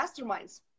masterminds